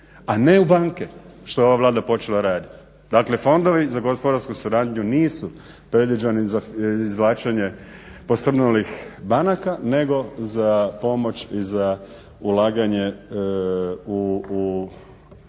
a ne u banke što je ova Vlada počela raditi. Dakle, fondovi za gospodarsku suradnju nisu predviđeni za izvlačenje posrnulih banaka nego za pomoć i za ulaganje u